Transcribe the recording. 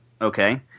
Okay